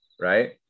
Right